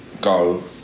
go